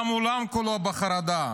גם העולם כולו בחרדה.